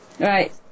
right